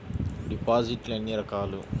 డిపాజిట్లు ఎన్ని రకాలు?